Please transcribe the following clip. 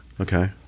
Okay